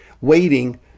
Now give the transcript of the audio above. waiting